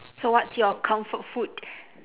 so what's your comfort food